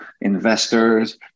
investors